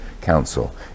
council